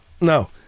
No